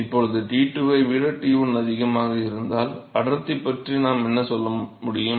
இப்போது T2 ஐ விட T1 அதிகமாக இருந்தால் அடர்த்தி பற்றி நாம் என்ன சொல்ல முடியும்